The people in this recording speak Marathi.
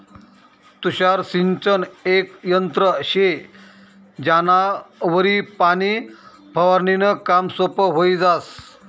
तुषार सिंचन येक यंत्र शे ज्यानावरी पाणी फवारनीनं काम सोपं व्हयी जास